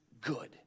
good